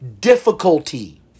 difficulty